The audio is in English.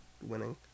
winning